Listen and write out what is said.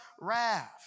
wrath